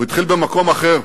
הוא התחיל במקום אחר.